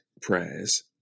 prayers